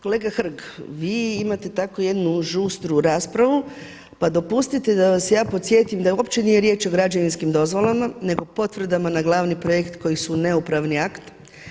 Kolega Hrg, vi imate tako jednu žustru raspravu, pa dopustite da vas ja podsjetim da uopće nije riječ o građevinskim dozvolama nego potvrdama na glavni projekt koji su neupravni akt.